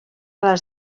les